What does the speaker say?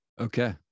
Okay